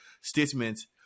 statements